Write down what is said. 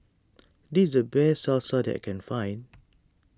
this is the best Salsa that I can find